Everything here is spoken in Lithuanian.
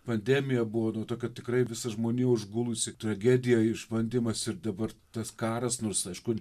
pandemija buvo nu tokia tikrai visą žmonių užgulusi tragedija išbandymas ir dabar tas karas nors aišku